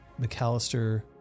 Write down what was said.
McAllister